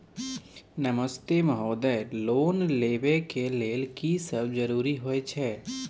नमस्ते महोदय, लोन लेबै के लेल की सब जरुरी होय छै?